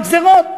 עם גזירות.